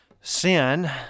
sin